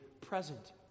present